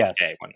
yes